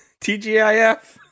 TGIF